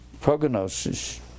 prognosis